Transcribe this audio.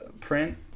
print